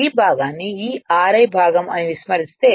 ఈ భాగాన్ని ఈ Ri భాగం అని విస్మరిస్తే